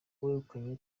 uwegukanye